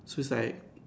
so it's like